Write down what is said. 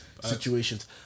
situations